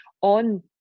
on